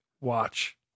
watch